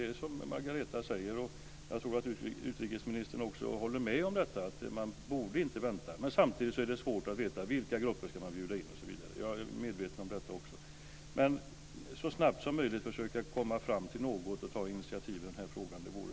Det är som Margareta Viklund säger, och jag tror att utrikesministern också håller med om detta, att man inte borde vänta. Men samtidigt är det svårt att veta vilka grupper som man ska bjuda in, osv. Jag är också medveten om detta. Men det vore väldigt bra om man så snabbt som möjligt försökte komma fram till något och ta initiativ i denna fråga.